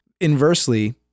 Inversely